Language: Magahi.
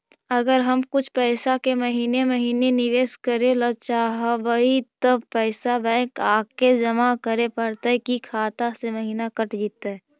अगर हम कुछ पैसा के महिने महिने निबेस करे ल चाहबइ तब पैसा बैक आके जमा करे पड़तै कि खाता से महिना कट जितै?